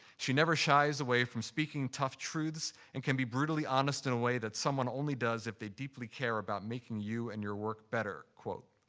she never shies away from speaking tough truths and can be brutally honest in a way that someone only does if they deeply care about making you and your work better, quote.